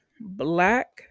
black